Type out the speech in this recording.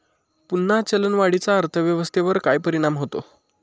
पुन्हा चलनवाढीचा अर्थव्यवस्थेवर काय परिणाम होतो